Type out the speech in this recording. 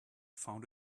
found